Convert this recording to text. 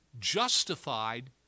justified